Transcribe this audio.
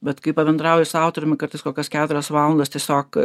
bet kai pabendrauji su autoriumi kartais kokias keturias valandas tiesiog